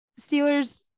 Steelers